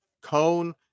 Cone